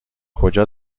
کجا